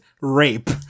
rape